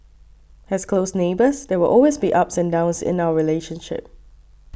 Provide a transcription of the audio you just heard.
as close neighbours there will always be ups and downs in our relationship